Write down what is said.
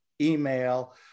email